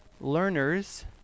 learners